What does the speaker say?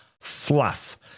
fluff